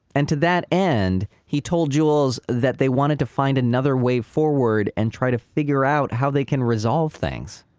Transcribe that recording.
and to that end, he told jules that they wanted to find another way forward and try to figure out how they can resolve things,